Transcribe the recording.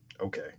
okay